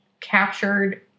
Captured